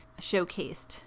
showcased